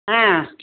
ஆ